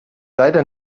leider